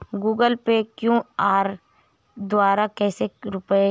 Google Pay Q R द्वारा कैसे रूपए भेजें?